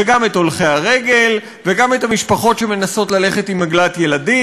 וגם את הולכי הרגל וגם את המשפחות שמנסות ללכת עם עגלת ילדים.